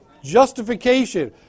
justification